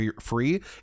free